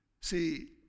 See